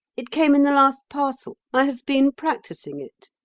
it came in the last parcel. i have been practising it.